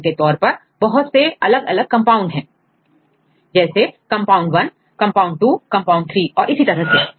उदाहरण के तौर पर बहुत से अलग अलग कंपाउंड हैं जैसे कंपाउंड 1 कंपाउंड 2 कंपाउंड 3 और इसी तरह से